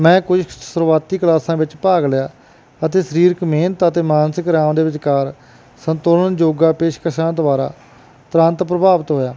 ਮੈਂ ਕੁਝ ਸ਼ੁਰੂਆਤੀ ਕਲਾਸਾਂ ਵਿੱਚ ਭਾਗ ਲਿਆ ਅਤੇ ਸਰੀਰਕ ਮਿਹਨਤ ਅਤੇ ਮਾਨਸਿਕ ਆਰਾਮ ਦੇ ਵਿਚਕਾਰ ਸੰਤੁਲਨ ਯੋਗਾ ਪੇਸ਼ਕਸ਼ਾਂ ਦੁਆਰਾ ਤੁਰੰਤ ਪ੍ਰਭਾਵਿਤ ਹੋਇਆ